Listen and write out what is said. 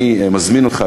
אני מזמין אותך,